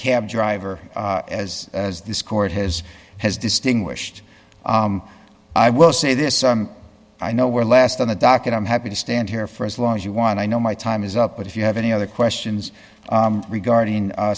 cab driver as as this court has has distinguished i will say this i know we're last on the docket i'm happy to stand here for as long as you want i know my time is up but if you have any other questions regarding